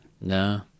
No